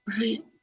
right